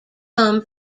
come